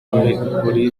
ntihazagire